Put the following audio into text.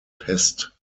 pest